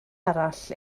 arall